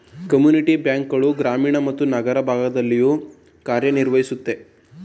community bank ಗಳು ಗ್ರಾಮೀಣ ಮತ್ತು ನಗರ ಭಾಗಗಳಲ್ಲೂ ಕಾರ್ಯನಿರ್ವಹಿಸುತ್ತೆ